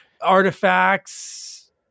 artifacts